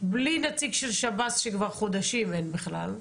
בלי נציג של שב"ס שכבר חודשים אין בכלל,